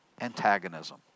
antagonism